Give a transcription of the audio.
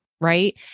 right